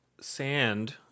Sand